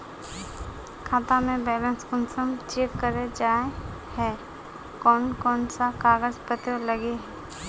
खाता में बैलेंस कुंसम चेक करे जाय है कोन कोन सा कागज पत्र लगे है?